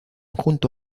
junto